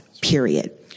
period